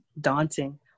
daunting